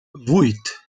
vuit